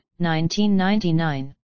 1999